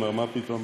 הוא אומר: מה פתאום?